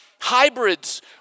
hybrids